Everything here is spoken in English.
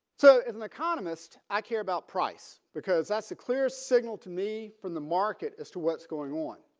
so as an economist i care about price because that's a clear signal to me from the market as to what's going on.